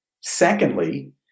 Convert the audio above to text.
Secondly